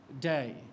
day